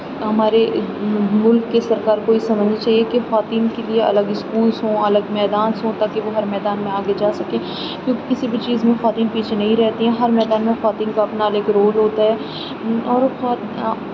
ہمارے ملک کی سرکار کو یہ سمجھنی چاہیے کہ خواتین کے لیے الگ اسکولس ہوں الگ میدان ہوں تاکہ وہ ہر میدان میں آگے جا سکیں کیونکہ کسی بھی چیز میں خواتین پیچھے نہیں رہتیں ہر میدان میں خواتین کا اپنا الگ رول ہوتا ہے اور خوا